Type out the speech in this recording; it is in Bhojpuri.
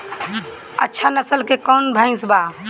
अच्छा नस्ल के कौन भैंस बा?